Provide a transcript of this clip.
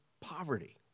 poverty